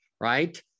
right